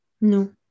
No